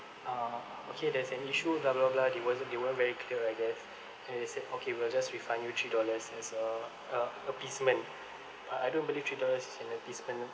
uh okay there's an issue blah blah blah they wasn't they weren't very clear I guess and they said okay we'll just refund you three dollars as a a appeasement but I don't believe three dollars is an appeasement